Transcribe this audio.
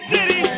City